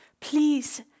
please